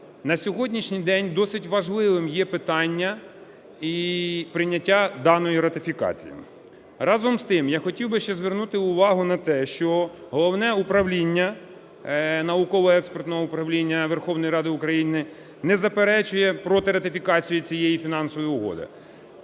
На сьогоднішній день досить важливим є питання і прийняття даної ратифікації. Разом з тим, я хотів би ще звернути увагу на те, що Головне управління, Науково-експертне управління Верховної Ради не заперечує проти ратифікації цієї фінансової угоди.